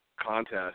contest